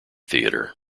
theater